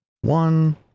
one